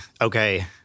okay